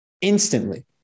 instantly